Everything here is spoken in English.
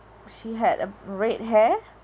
she had a red hair